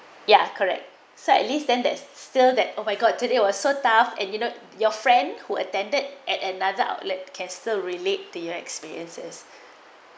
ya correct so at least then there's still that oh my god did it was so tough and you not your friend who attended at another outlet can still relate to your experiences